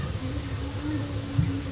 नागपूर शहरात सुमारे वीस बँका आहेत